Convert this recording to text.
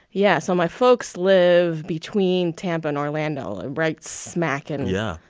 yeah so my folks live between tampa and orlando, and right smack in. yeah.